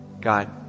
God